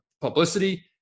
publicity